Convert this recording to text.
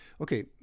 Okay